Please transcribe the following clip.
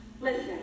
Listen